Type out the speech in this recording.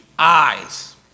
eyes